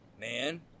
man